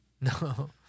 No